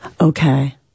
okay